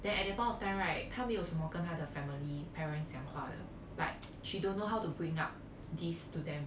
then at that point of time right 她没有什么跟她的 family parents 讲话的 like she don't know how to bring up this to them